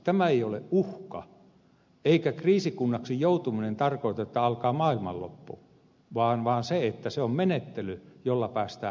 tämä ei ole uhka eikä kriisikunnaksi joutuminen tarkoita että alkaa maailmanloppu vaan se on menettely jolla päästään eteenpäin